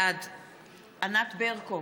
בעד ענת ברקו,